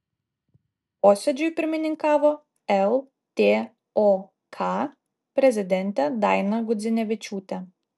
posėdžiui pirmininkavo ltok prezidentė daina gudzinevičiūtė